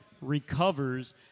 recovers